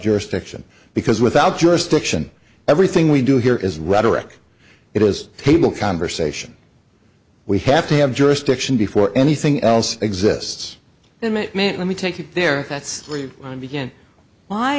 jurisdiction because without jurisdiction everything we do here is rhetoric it was table conversation we have to have jurisdiction before anything else exists then mcmahon let me take you there that's where you want to begin